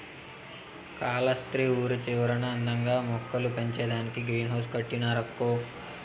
కాలస్త్రి ఊరి చివరన అందంగా మొక్కలు పెంచేదానికే గ్రీన్ హౌస్ కట్టినారక్కో